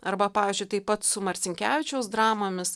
arba pavyzdžiui taip pat su marcinkevičiaus dramomis